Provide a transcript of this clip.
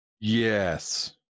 Yes